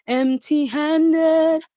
empty-handed